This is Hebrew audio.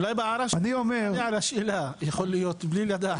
אולי --- על השאלה יכול להיות, בלי לדעת.